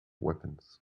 weapons